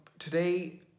Today